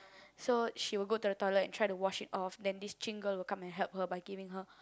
so she will go to the toilet and try to wash it off then this Jing girl will come and help her by giving her